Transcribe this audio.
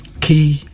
key